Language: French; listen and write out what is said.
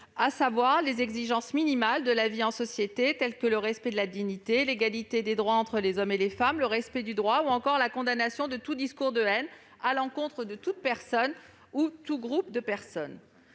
Je pense aux exigences minimales de la vie en société, telles que le respect de la dignité, l'égalité des droits entre les hommes et les femmes, le respect du droit ou encore la condamnation de tout discours de haine à l'encontre de toute personne ou tout groupe de personnes.